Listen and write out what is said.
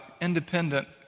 independent